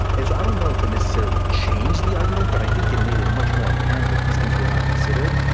and so i don't know if it necessarily changed the argument, but i think it made it much more apparent that these things were not considered.